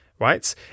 right